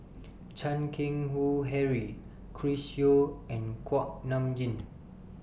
Chan Keng Howe Harry Chris Yeo and Kuak Nam Jin